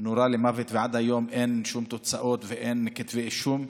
הוא נורה למוות ועד היום אין שום תוצאות ואין כתבי אישום.